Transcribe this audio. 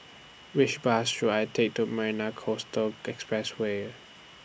Which Bus should I Take to Marina Coastal Expressway